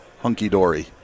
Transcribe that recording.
hunky-dory